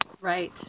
Right